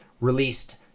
released